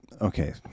okay